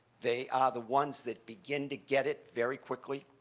they are the ones that begin to get it very quickly.